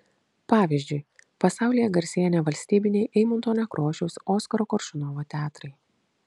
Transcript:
pavyzdžiui pasaulyje garsėja nevalstybiniai eimunto nekrošiaus oskaro koršunovo teatrai